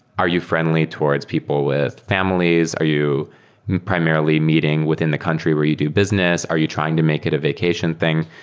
are you friendly towards people with families? are you primarily meeting within the country where you do business? are you trying to make it a vacation thing?